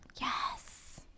Yes